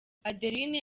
adeline